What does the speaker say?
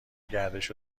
گردش